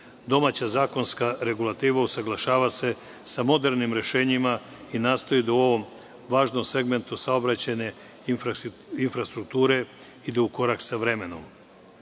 domaća zakonska regulativa usaglašava se sa modernim rešenjima i nastoji da u ovom važnom segmentu saobraćajne infrastrukture ide u korak sa vremenom. Postojeći